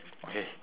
okay